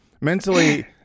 mentally